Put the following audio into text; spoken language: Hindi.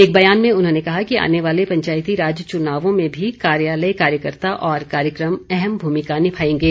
एक बयान में उन्होंने कहा कि आने वाले पंचायती राज चुनावों में भी कार्यालय कार्यकर्ता और कार्यक्रम अहम भूमिका निभाएंगे